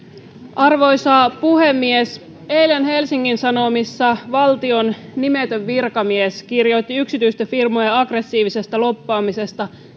arvoisa puhemies eilen helsingin sanomissa valtion nimetön virkamies kirjoitti yksityisten firmojen aggressiivisesta lobbaamisesta